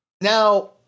Now